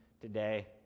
today